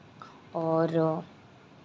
और